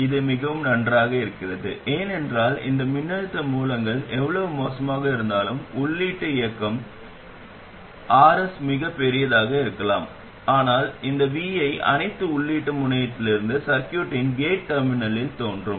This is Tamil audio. இது மிகவும் நன்றாக இருக்கிறது ஏன் என்றால் இந்த மின்னழுத்த மூலங்கள் எவ்வளவு மோசமாக இருந்தாலும் உள்ளீட்டை இயக்கும் ரூ மிகப் பெரியதாக இருக்கலாம் ஆனால் இந்த vi அனைத்தும் உள்ளீட்டு முனையத்தில் சர்க்யூட்டின் கேட் டெர்மினலில் தோன்றும்